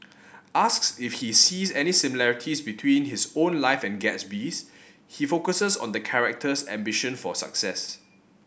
asks if he sees any similarities between his own life and Gatsby's he focuses on the character's ambition for success